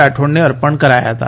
રાઠોડ ને અર્પણ કરાયા હતા